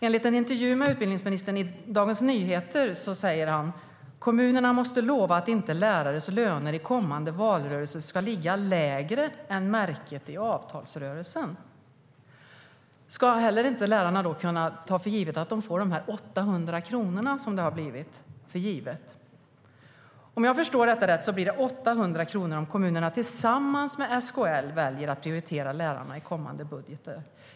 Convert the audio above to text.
Ska lärarna inte heller kunna ta för givet att de får de 800 kronorna? Om jag förstår detta rätt blir det 800 kronor om kommunerna tillsammans med SKL väljer att prioritera lärarna i kommande budgetar.